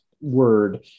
word